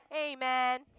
Amen